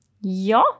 Ja